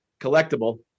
collectible